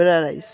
fried rice